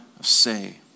say